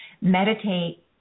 meditate